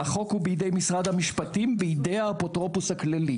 החוק הוא בידי משרד המשפטים בידי האפוטרופוס הכללי.